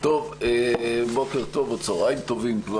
צהריים טובים,